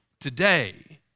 today